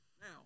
Now